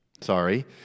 sorry